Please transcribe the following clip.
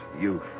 youth